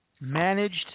managed